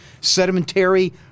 sedimentary